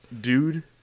Dude